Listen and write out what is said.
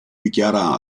dichiara